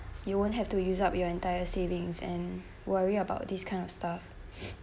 you won't have to use up your entire savings and worry about these kind of stuff